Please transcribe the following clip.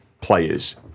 players